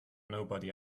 nobody